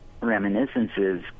Reminiscences